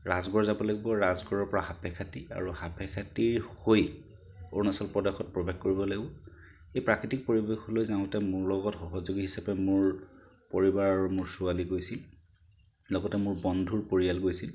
ৰাজগড় যাব লাগিব ৰাজগড়ৰ পৰা সাপেখাতী আৰু সাপেখাতী হৈ অৰুণাচল প্ৰদেশত প্ৰৱেশ কৰিব লাগিব এই প্ৰাকৃতিক পৰিৱেশলৈ যাওঁতে মোৰ লগত সহযোগী হিচাপে মোৰ পৰিবাৰ আৰু মোৰ ছোৱালী গৈছিল লগতে মোৰ বন্ধুৰ পৰিয়াল গৈছিল